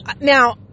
now